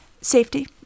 Safety